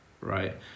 right